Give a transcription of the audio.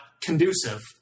conducive